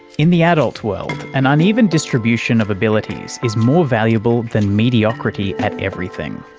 in the adult world, an uneven distribution of abilities is more valuable than mediocrity at everything.